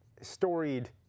storied